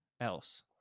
else